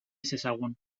ezezagun